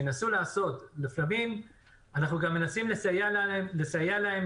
לפעמים אנחנו גם מנסים לסייע להם